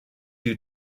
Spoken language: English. you